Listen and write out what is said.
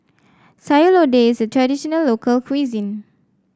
Sayur Lodeh is a traditional local cuisine